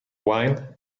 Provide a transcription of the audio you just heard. wine